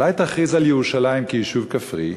אולי תכריז על ירושלים כיישוב כפרי,